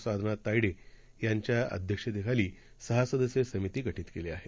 साधनातायडेयांच्याअध्यक्षतेखालीसहासदस्यीयसमितीगठीतकेलीआहे